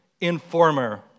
informer